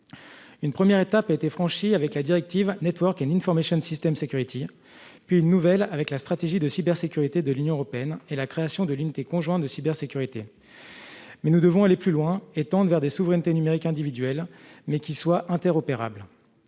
Une première étape a été franchie avec la directive (NIS), puis une nouvelle avec la stratégie de cybersécurité de l'Union européenne et la création de l'unité conjointe de cybersécurité, mais nous devons aller plus loin et tendre vers des souverainetés numériques individuelles, qui soient interopérables.